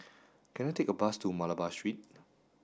can I take a bus to Malabar Street